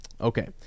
Okay